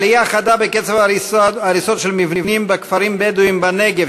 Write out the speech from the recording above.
עלייה חדה בקצב ההריסות של מבנים בכפרים בדואיים בנגב,